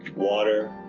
water,